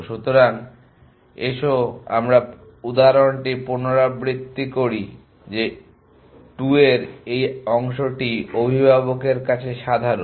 সুতরাং এসো আমরা উদাহরণটি পুনরাবৃত্তি করি যে 2 এর এই অংশটি অভিভাবকের কাছে সাধারণ